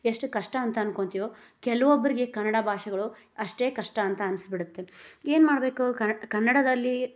ಎಷ್ಟು ಕಷ್ಟ ಅಂತ ಅನ್ಕೊಂತೀವೋ ಕೆಲವೊಬ್ಬರಿಗೆ ಕನ್ನಡ ಭಾಷೆಗಳು ಅಷ್ಟೇ ಕಷ್ಟ ಅಂತ ಅನ್ಸಿಬಿಡುತ್ತೆ ಏನು ಮಾಡಬೇಕು ಕನ ಕನ್ನಡದಲ್ಲಿ